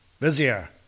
Vizier